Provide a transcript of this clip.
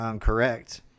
correct